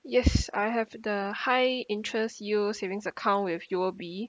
yes I have the high interest yield savings account with U_O_B